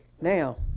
Now